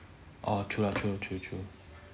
oh true lah true true true